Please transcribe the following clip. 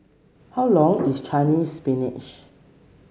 how long is Chinese Spinach